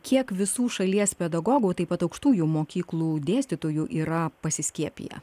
kiek visų šalies pedagogų taip pat aukštųjų mokyklų dėstytojų yra pasiskiepiję